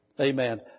Amen